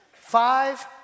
Five